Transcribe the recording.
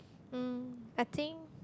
mm I think